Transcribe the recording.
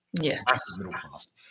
Yes